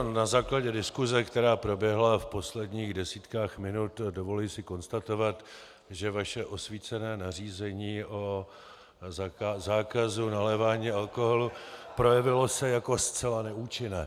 Na základě diskuse, která proběhla v posledních desítkách minut, si dovoluji konstatovat, že vaše osvícené nařízení o zákazu nalévání alkoholu projevilo se jako zcela neúčinné.